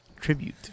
tribute